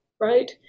right